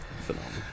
phenomenal